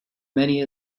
many